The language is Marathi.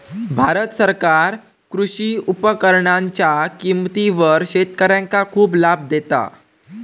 भारत सरकार कृषी उपकरणांच्या किमतीवर शेतकऱ्यांका खूप लाभ देता